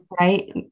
Right